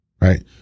right